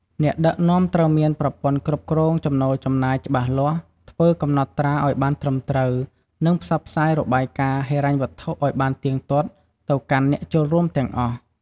អ្នកដឹកនាំត្រូវមានប្រព័ន្ធគ្រប់គ្រងចំណូលចំណាយច្បាស់លាស់ ធ្វើកំណត់ត្រាឱ្យបានត្រឹមត្រូវ និងផ្សព្វផ្សាយរបាយការណ៍ហិរញ្ញវត្ថុឲ្យបានទៀងទាត់ទៅកាន់អ្នកចូលរួមទាំងអស់។